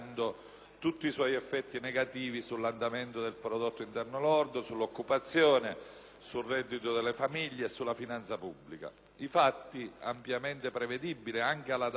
tutti i suoi effetti negativi sull'andamento del prodotto interno lordo, sull'occupazione, sul reddito delle famiglie e sulla finanza pubblica. I fatti, ampiamente prevedibili anche alla data